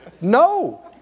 No